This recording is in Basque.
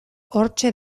hortxe